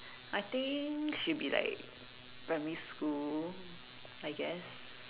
I think should be like primary school I guess